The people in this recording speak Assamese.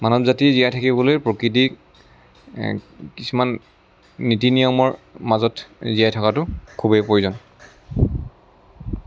মানৱ জাতি জীয়াই থাকিবলৈ প্ৰকৃতিক কিছুমান নীতি নিয়মৰ মাজত জীয়াই থকাতো খুবেই প্ৰয়োজন